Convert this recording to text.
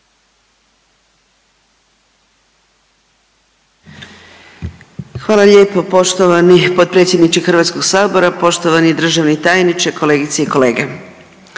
Hvala lijepo poštovani potpredsjedniče HS-a, poštovani državni tajniče, kolegice i kolege.